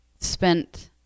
spent